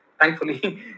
thankfully